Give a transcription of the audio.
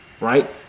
Right